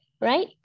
Right